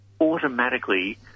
automatically